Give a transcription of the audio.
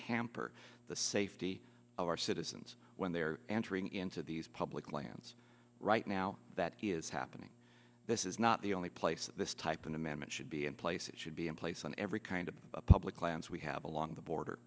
hamper the safety of our citizens when they are entering into these public lands right now that is happening this is not the only place that this type an amendment should be in place it should be in place on every kind of public lands we have along the border